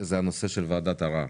הוא ועדת ערר.